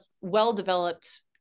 well-developed